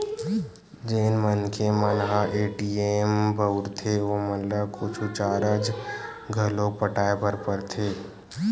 जेन मनखे मन ह ए.टी.एम बउरथे ओमन ल कुछु चारज घलोक पटाय बर परथे